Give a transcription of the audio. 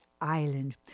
island